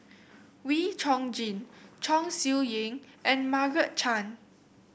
Wee Chong Jin Chong Siew Ying and Margaret Chan